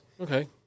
Okay